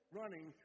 running